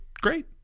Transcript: great